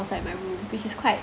outside my room which is quite